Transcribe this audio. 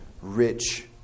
rich